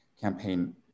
campaign